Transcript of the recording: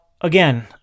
again